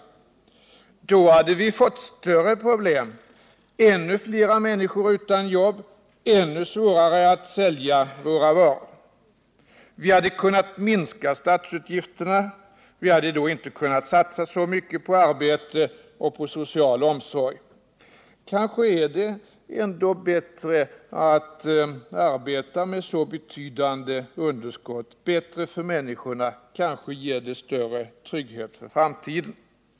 Om vi hade höjt skatterna ytterligare hade vi fått ännu större problem —- ännu fler människor utan jobb och ännu svårare att sälja våra varor. Vi hade också kunnat minska statsutgifterna. Vi hade då inte kunnat satsa så mycket på arbete och social omsorg. Kanske är det ändå bättre för människorna att vi arbetar med så betydande underskott — kanske ger det större trygghet för framtiden.